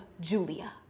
Julia